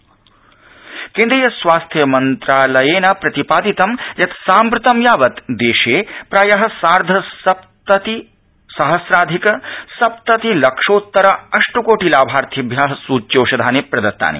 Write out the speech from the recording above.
corona स्थिति स्वास्थ्यमन्त्रालय प्रत्यपादयत् यत् साम्प्रतं यावत् देशे प्राय सार्ध सप्त सप्तति सहस्राधिक सप्तति लक्षोत्तर अष्टकोटि लाभार्थिभ्य सूच्यौषधानि प्रदत्तानि